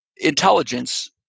intelligence